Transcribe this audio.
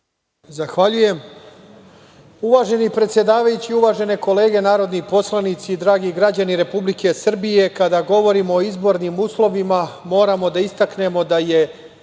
Zahvaljujem. Uvaženi predsedavajući, uvažene kolege narodni poslanici, dragi građani Republike Srbije, kada govorimo o izbornim uslovima, moramo da istaknemo da je